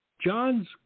John's